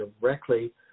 directly